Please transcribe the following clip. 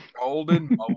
Golden